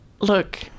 look